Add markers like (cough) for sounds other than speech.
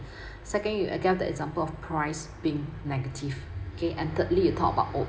(breath) second you gave the example of price being negative okay and thirdly you talk about